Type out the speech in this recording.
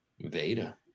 Veda